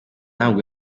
nabwo